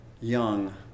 young